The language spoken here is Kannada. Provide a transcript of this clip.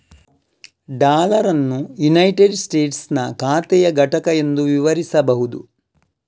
ಡಾಲರ್ ಅನ್ನು ಯುನೈಟೆಡ್ ಸ್ಟೇಟಸ್ಸಿನ ಖಾತೆಯ ಘಟಕ ಎಂದು ವಿವರಿಸಬಹುದು